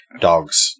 Dogs